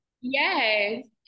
Yes